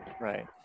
right